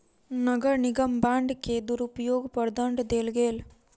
नगर निगम बांड के दुरूपयोग पर दंड देल गेल